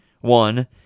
one